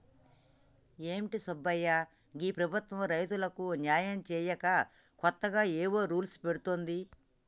ఏంటి సుబ్బయ్య గీ ప్రభుత్వం రైతులకు న్యాయం సేయక కొత్తగా ఏవో రూల్స్ పెడుతోంది